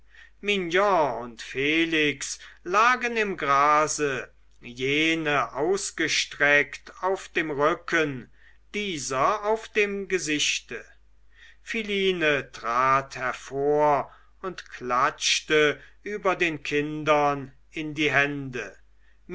und felix lagen im grase jene ausgestreckt auf dem rücken dieser auf dem gesichte philine trat hervor und klatschte über den kindern in die hände